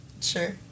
Sure